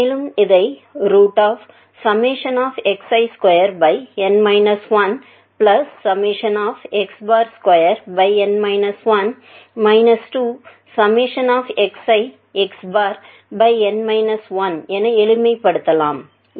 மேலும் இதை xi2x2 2xix என எளிமைப்படுத்தலாம்